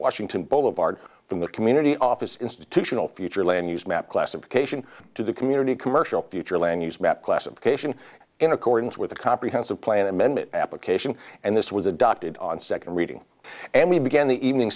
washington boulevard from the community office institutional future land use map classification to the community commercial future land use map classification in accordance with a comprehensive plan amendment apple cation and this was adopted on second reading and we began the evening